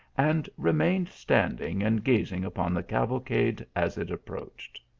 and remained standing and gazing upon the cavalcade as it approached.